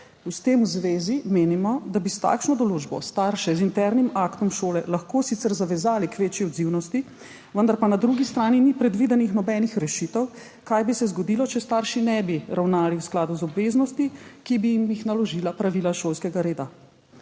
S tem v zvezi menimo, da bi s takšno določbo starše z internim aktom šole lahko sicer zavezali k večji odzivnosti, vendar pa na drugi strani ni predvidenih nobenih rešitev, kaj bi se zgodilo, če starši ne bi ravnali v skladu z obveznostmi, ki bi jim jih naložila pravila šolskega reda.